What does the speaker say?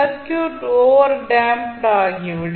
circuit over damped ஆகிவிடும்